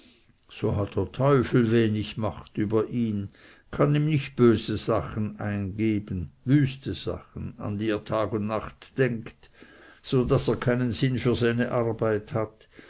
so hat der teufel wenig macht über ihn kann ihm nicht böse sachen eingeben wüste sachen an die er tag und nacht denkt so daß er keinen sinn für seine arbeit hat